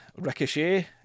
ricochet